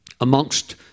amongst